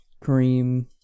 cream